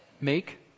make